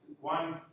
one